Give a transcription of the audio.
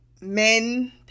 men